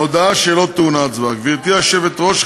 ההודעה שלא טעונה הצבעה: גברתי היושבת-ראש,